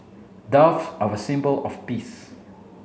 doves are a symbol of peace